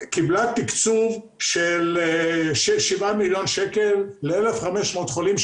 היא קיבלה תקצוב של שבעה מיליון שקל ל-1,500 חולים.